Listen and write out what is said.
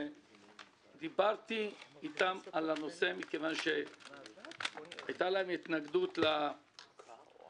דיברתי איתם על הנושא מכיוון שהייתה להם התנגדות לחלוקת